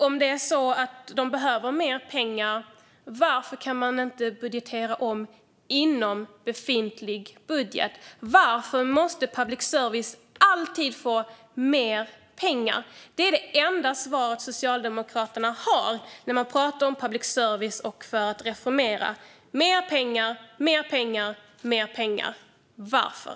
Om de behöver mer pengar, varför kan man inte budgetera om inom befintlig budget? Varför måste public service alltid få mer pengar? Det är det enda svaret som Socialdemokraterna har när de talar om att reformera public service. Det är mer pengar, mer pengar och mer pengar. Varför?